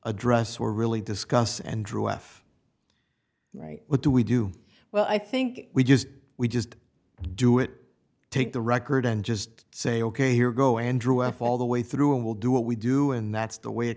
address were really discuss andrew f right what do we do well i think we just we just do it take the record and just say ok here go and drew f all the way through and will do what we do in that's the way it